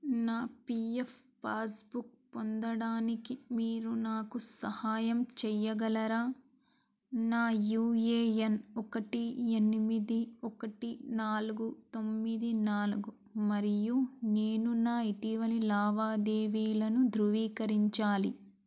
నా P F passbook పొందడానికి మీరు నాకు సహాయం చేయగలరా నా యూ ఏ ఎన్ ఒకటి ఎనిమిది ఒకటి నాలుగు తొమ్మిది నాలుగు మరియు నేను నా ఇటీవలి లావాదేవీలను ధృవీకరించాలి